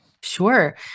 Sure